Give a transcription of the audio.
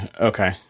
okay